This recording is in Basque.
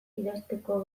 idazteko